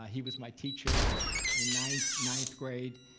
ah he was my teacher in ninth ninth grade,